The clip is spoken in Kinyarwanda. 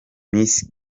miss